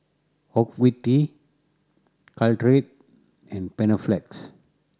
Ocuvite Caltrate and Panaflex